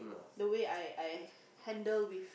the way I I handle with